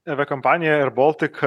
avija kompanija eir boltik